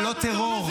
ולא טרור.